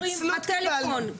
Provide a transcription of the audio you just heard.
בשיעורים בטלפון,